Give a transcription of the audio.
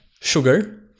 sugar